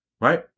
right